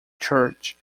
church